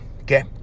okay